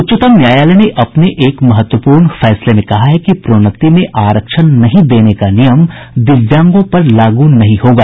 उच्चतम न्यायालय ने अपने एक महत्वपूर्ण फैसले में कहा है कि प्रोन्नति में आरक्षण नहीं देने का नियम दिव्यांगों पर लागू नहीं होगा